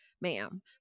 ma'am